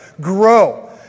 Grow